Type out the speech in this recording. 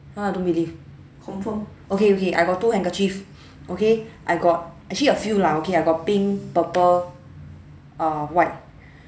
!huh! I don't believe okay okay I got two handkerchief okay I got actually a few lah okay I got pink purple uh white